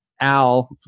Al